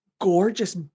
gorgeous